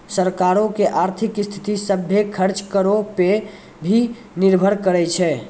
सरकारो के आर्थिक स्थिति, सभ्भे खर्च करो पे ही निर्भर करै छै